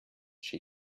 she